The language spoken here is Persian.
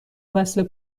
وصله